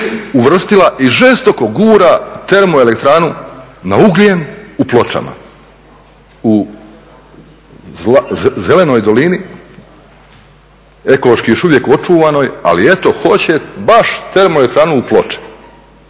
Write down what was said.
uvrstila i žestoko gura termoelektranu na ugljen u Pločama u Zelenoj dolini, ekološki još uvijek očuvanoj ali eto hoće baš termoelektranu u Ploče.